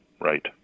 right